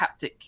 haptic